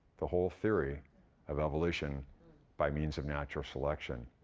the whole theory of evolution by means of natural selection.